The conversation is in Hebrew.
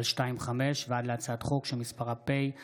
פ/2667/25 וכלה בהצעת חוק פ/2759/25: